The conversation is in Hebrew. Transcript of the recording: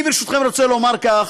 אני, ברשותכם, רוצה לומר כך: